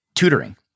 tutoring